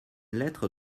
lettre